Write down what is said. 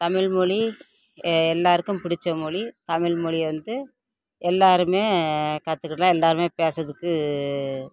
தமிழ் மொழி எல்லோருக்கும் பிடித்த மொழி தமிழ் மொழிய வந்து எல்லோருமே கற்றுக்கிட்டா எல்லோருமே பேசுகிறதுக்கு